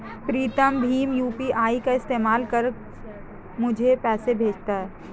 प्रीतम भीम यू.पी.आई का इस्तेमाल कर मुझे पैसे भेजता है